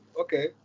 Okay